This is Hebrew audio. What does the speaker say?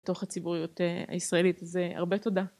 תוך הציבוריות הישראלית, אז הרבה תודה.